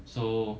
so